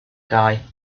guy